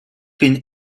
bin